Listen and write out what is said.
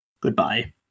Goodbye